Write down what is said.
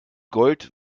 gold